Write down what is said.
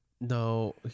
No